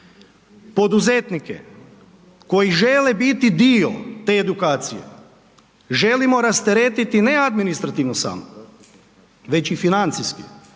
poduzetnike koji žele biti dio te edukacije, želimo rasteretiti ne administrativno samo, već i financijski,